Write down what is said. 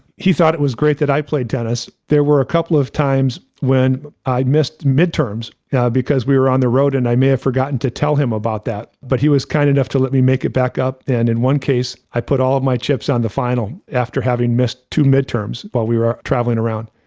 he thought it was great that i played tennis. there were a couple of times when i missed midterms yeah because we were on the road, and i may have forgotten to tell him about that, but he was kind enough to let me make it back up. and in one case, i put all of my chips on the final after having missed two midterms while we were traveling around.